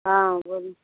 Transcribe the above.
हँ बोलु